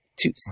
two